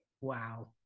wow